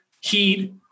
heat